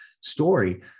story